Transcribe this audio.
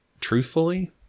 truthfully